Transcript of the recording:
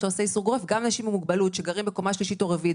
גם אנשים עם מוגבלות שגרים בקומה שלישית או רביעית,